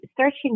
searching